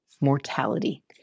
mortality